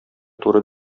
туры